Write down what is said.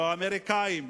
לא האמריקנים,